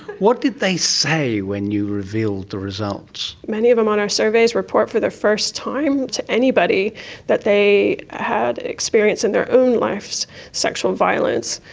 what did they say when you revealed the results? many of them on our surveys report for the first time to anybody that they had experienced in their own lives sexual violence.